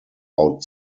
out